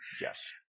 Yes